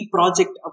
Project